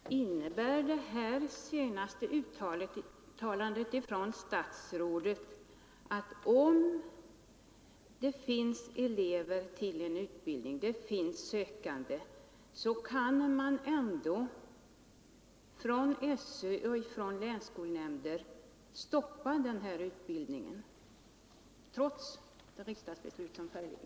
Herr talman! Innebär det senaste uttalandet från statsrådet att SÖ och länsskolnämnden, även om det finns sökande till en utbildning, kan stoppa denna trots det riksdagsbeslut som föreligger?